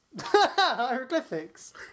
hieroglyphics